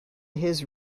his